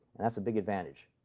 and that's a big advantage.